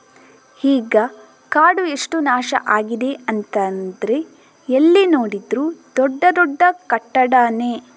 ಈಗ ಕಾಡು ಎಷ್ಟು ನಾಶ ಆಗಿದೆ ಅಂತಂದ್ರೆ ಎಲ್ಲಿ ನೋಡಿದ್ರೂ ದೊಡ್ಡ ದೊಡ್ಡ ಕಟ್ಟಡಾನೇ